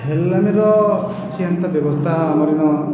ହେଲ୍ପଲାଇନ୍ର କିଛି ଏନ୍ତା ବ୍ୟବସ୍ଥା ଆମର ଇନ